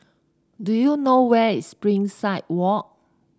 do you know where is Springside Walk